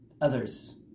others